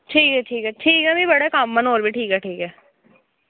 ठीक ऐ ठीक ऐ ठीक ऐ मड़ेआ कम्म न होर ठीक ऐ